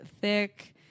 thick